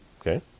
Okay